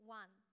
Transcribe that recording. one